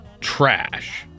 trash